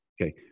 okay